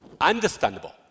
understandable